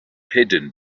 hidden